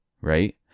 right